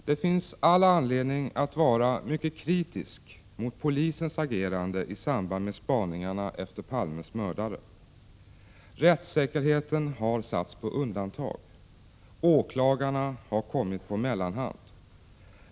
Det finns all anledning att vara mycket kritisk mot polisens agerande i samband med spaningarna efter Palmes mördare. Rättssäkerheten har satts på undantag. Åklagarna har kommit på mellanhand.